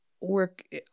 work